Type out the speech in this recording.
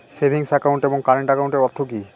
Savings account এবং current একাউন্টের অর্থ কি?